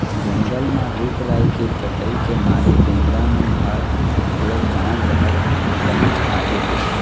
जंगल म रूख राई के कटई के मारे बेंदरा मन ह घलोक गाँव डहर बनेच आगे हे